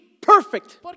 perfect